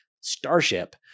starship